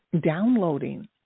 downloading